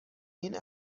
این